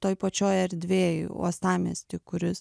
toj pačioj erdvėj uostamiesty kuris